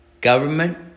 government